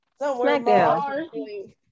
Smackdown